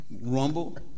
rumble